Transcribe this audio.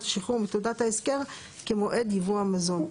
השחרור מתחנת ההסגר כמועד ייבוא המזון".